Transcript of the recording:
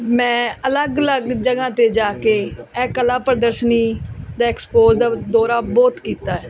ਮੈਂ ਅਲੱਗ ਅਲੱਗ ਜਗ੍ਹਾ 'ਤੇ ਜਾ ਕੇ ਇਹ ਕਲਾ ਪ੍ਰਦਰਸ਼ਨੀ ਦਾ ਐਕਸਪੋਜ ਦਾ ਦੌਰਾ ਬਹੁਤ ਕੀਤਾ